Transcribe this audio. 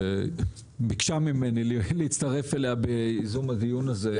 שביקשה ממני להצטרף אליה בייזום הדיון הזה.